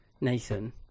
Nathan